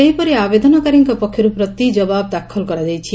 ସେହିପରି ଆବେଦନକାରୀଙ୍କ ପକ୍ଷରୁ ପ୍ରତି ଜବାବ ଦାଖଲ କରାଯାଇଛି